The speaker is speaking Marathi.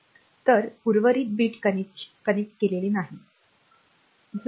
तर उर्वरित बिट कनेक्ट केलेले नाहीत